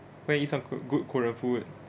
go and eat some go~ good korean food